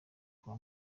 kwa